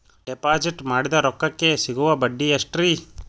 Deposit ಮಾಡಿದ ರೊಕ್ಕಕೆ ಸಿಗುವ ಬಡ್ಡಿ ಎಷ್ಟ್ರೀ?